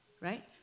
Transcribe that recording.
right